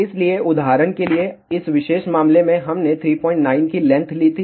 इसलिए उदाहरण के लिए इस विशेष मामले में हमने 39 की लेंथ ली थी